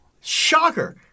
Shocker